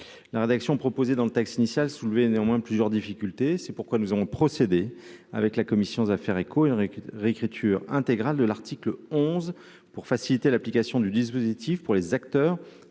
la rédaction proposée dans le texte initial soulevé néanmoins plusieurs difficultés, c'est pourquoi nous avons procédé avec la commission à faire écho il récuse réécriture intégrale de l'article onze pour faciliter l'application du dispositif pour les acteurs,